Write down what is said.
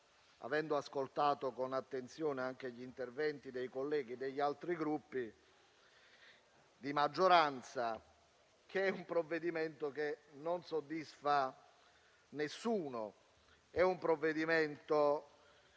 avendo ascoltato con attenzione anche gli interventi dei colleghi degli altri Gruppi di maggioranza - che il provvedimento non soddisfa nessuno. Il decreto-legge